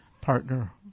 partner